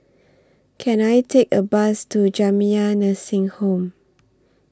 Can I Take A Bus to Jamiyah Nursing Home